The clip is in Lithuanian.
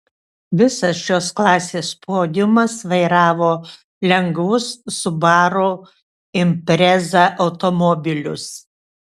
visas šios klasės podiumas vairavo lengvus subaru impreza automobilius